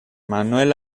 manuel